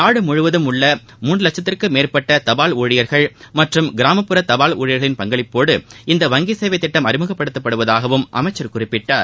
நாடுமுழுவதும்உள்ளமூன்றுலட்சத்திற்கும்மேற்பட்டதபால்ஊழியர்கள்மற்றும்கிராம ப்புறதபால்ஊழியர்களின்பங்களிப்போடுஇந்தவங்கிசேவைத்திட்டம்அறிமுகப்படுத் தப்படுவதாகவும்அமைச்சர்குறிப்பிட்டார்